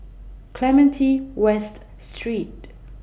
Clementi West Street